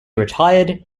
retired